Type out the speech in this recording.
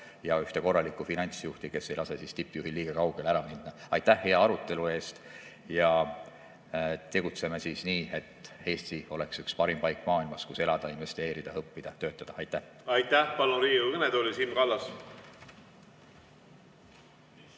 ühte korralikku finantsjuhti, kes ei lase tippjuhil liiga kaugele ära minna. Aitäh hea arutelu eest! Ja tegutseme nii, et Eesti oleks üks parim paik maailmas, kus elada, investeerida, õppida, töötada. Aitäh! Aitäh! Palun Riigikogu kõnetooli Siim Kallase.